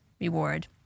reward